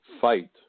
fight